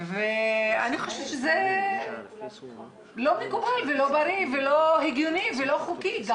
אני חושבת שזה לא מקובל ולא בריא ולא הגיוני ולא חוקי.